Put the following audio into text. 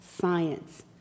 science